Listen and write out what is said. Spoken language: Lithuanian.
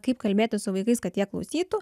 kaip kalbėti su vaikais kad jie klausytų